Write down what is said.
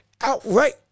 outright